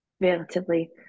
relatively